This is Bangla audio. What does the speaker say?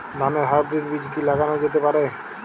ধানের হাইব্রীড বীজ কি লাগানো যেতে পারে?